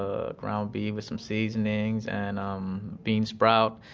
ah ground beef with some seasonings and um bean sprouts.